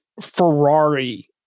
Ferrari